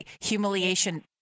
humiliation